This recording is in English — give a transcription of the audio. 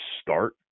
start